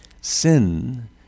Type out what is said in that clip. Sin